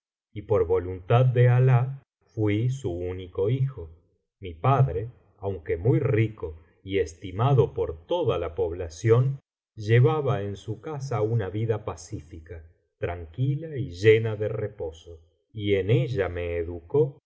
y por voluntad de alan fui su único hijo mi padre aunque muy rico y estimado por toda la población llevaba en su casa una vida pacífica tranquila y llena de reposo y en ella me educó y